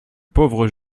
pauvre